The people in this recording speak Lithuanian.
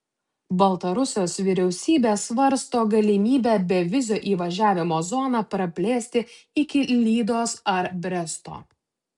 baltarusijos vyriausybė svarsto galimybę bevizio įvažiavimo zoną praplėsti iki lydos ar bresto